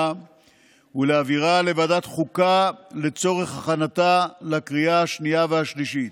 ולהעבירה לוועדת חוקה לצורך הכנתה לקריאה השנייה והשלישית.